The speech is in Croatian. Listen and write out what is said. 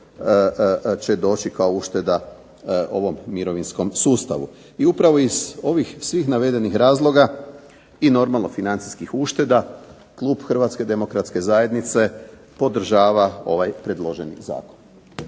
će doći kao ušteda ovom mirovinskom sustavu. I upravo iz ovih svih navedenih razloga, i normalno financijskih ušteda, klub Hrvatske demokratske zajednice podržava ovaj predloženi zakon.